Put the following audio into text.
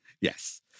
Yes